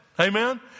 Amen